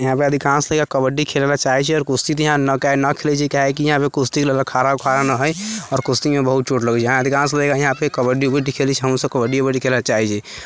यहाँपर अधिकांशतः कबड्डी खेलय लेल चाहै छै आओर कुश्ती तऽ यहाँ न खेलै छै काहेकि यहाँपे कुश्तीके लिए अखाड़ा वखाड़ा न हइ आओर कुश्तीमे बहुत चोट लगै छै यहाँ अधिकांश लड़का यहाँके कबड्डी उबड्डी खेलै छै हमहूँसभ कबड्डी उबड्डी खेलय चाहै छी